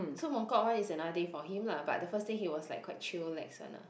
so Mong kok one is another day for him lah but the first day he was like quite chillax one lah